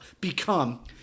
become